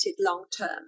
long-term